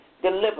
deliver